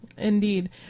indeed